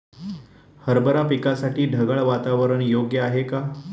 हरभरा पिकासाठी ढगाळ वातावरण योग्य आहे का?